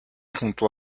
junto